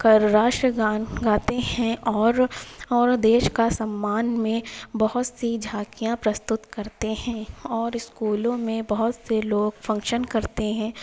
کر راشٹر گان گاتے ہیں اور اور دیش کا سمّان میں بہت سی جھاکیاں پرستت کرتے ہیں اور اسکولوں میں بہت سے لوگ فنکشن کرتے ہیں